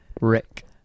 Rick